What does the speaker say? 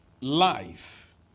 life